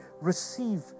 receive